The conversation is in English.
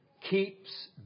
keeps